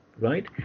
right